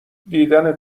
دیدن